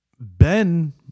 Ben